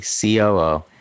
COO